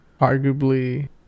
arguably